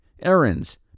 errands